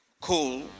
cool